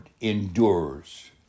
endures